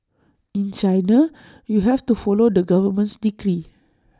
in China you have to follow the government's decree